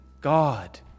God